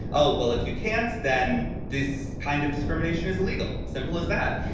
oh, well, if you can't, then this kind of discrimination is legal. simple as that.